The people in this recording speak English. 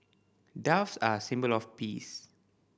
doves are a symbol of peace